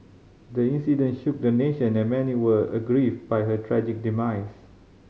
the incident shook the nation and many were aggrieved by her tragic demise